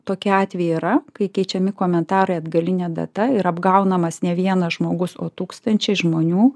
tokie atvejai yra kai keičiami komentarai atgaline data ir apgaunamas ne vienas žmogus o tūkstančiai žmonių